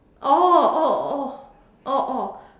oh oh oh oh oh